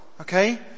okay